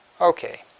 Okay